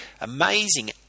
Amazing